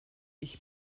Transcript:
ich